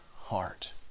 heart